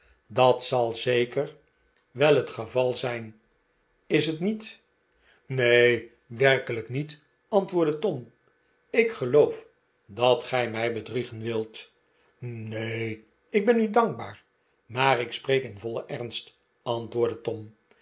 dat zal zeker wel het geval zijn is t niet neen werkelijk niet antwoordde tom ik geloof dat gij mij bedriegen wilt neen ik ben u dankbaar maar ik spreek in vollen ernst antwoordde tom